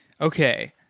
Okay